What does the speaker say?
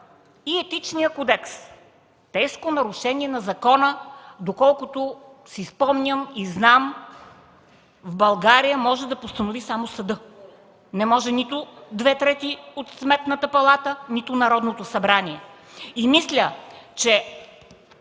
и Етичния кодекс. „Тежко нарушение на закона”, доколкото си спомням и знам, в България може да постанови само съдът. Не може нито две трети от членовете на Сметната палата, нито Народното събрание! Мисля, че